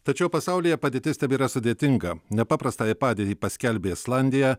tačiau pasaulyje padėtis tebėra sudėtinga nepaprastąją padėtį paskelbė islandija